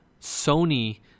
Sony